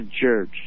Church